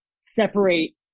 separate